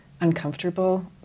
uncomfortable